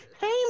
hey